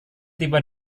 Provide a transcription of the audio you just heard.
tiba